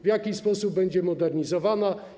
W jaki sposób będzie modernizowana?